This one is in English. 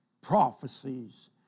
prophecies